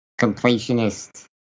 completionist